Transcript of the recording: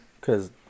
Cause